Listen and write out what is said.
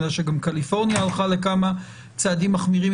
אני יודע שגם שקליפורניה הלכה לכמה צעדים מחמירים.